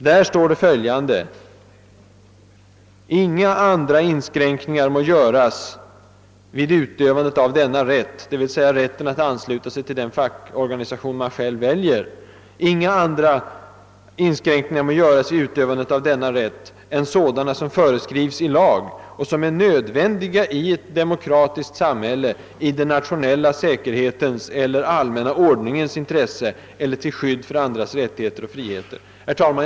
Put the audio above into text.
Där står följande: »Inga andra inskränkningar må göras vid utövandet av denna rätt» — d. v. s. rätten att ansluta sig till den fackorganisation man själv väljer — »än sådana som föreskrivs i lag och som är nödvändiga i ett demokratiskt samhälle i den nationella säkerhetens eller allmänna ordningens intresse eller till skydd för andras rättigheter och friheter.» Herr talman!